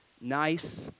nice